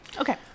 okay